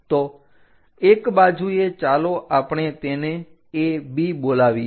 તો એક બાજુએ ચાલો આપણે તેને A B બોલાવીએ